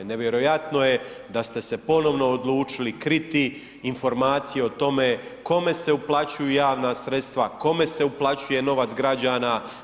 Nevjerojatno je da ste se ponovno odlučili kriti informacije o tome kome se uplaćuju javna sredstva, kome se uplaćuje novac građana.